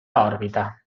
òrbita